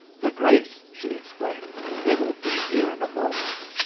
the grace, she exclaimed they will be here in a moment.